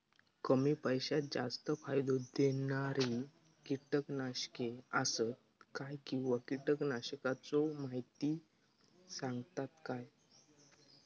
कमी पैशात जास्त फायदो दिणारी किटकनाशके आसत काय किंवा कीटकनाशकाचो माहिती सांगतात काय?